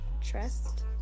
trust